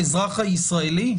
האזרח הישראלי?